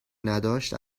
نداشت